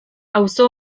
auzo